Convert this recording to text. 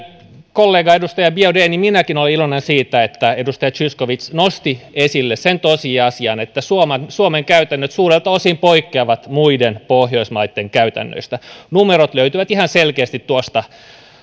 kollegaedustaja biaudet minäkin olen iloinen siitä että edustaja zyskowicz nosti esille sen tosiasian että suomen suomen käytännöt suurelta osin poikkeavat muiden pohjoismaitten käytännöistä numerot löytyvät ihan selkeästi tuosta